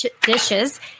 dishes